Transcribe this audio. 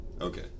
okay